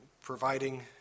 providing